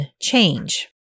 change